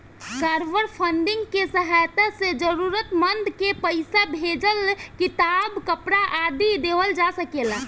crowdfunding के सहायता से जरूरतमंद के पईसा, भोजन किताब, कपरा आदि देवल जा सकेला